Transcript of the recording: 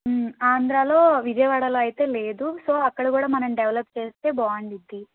ఆంధ్రాలో విజయవాడలో అయితే లేదు సో అక్కడ కూడా మనం డెవలప్ చేస్తే బాగుండిద్ది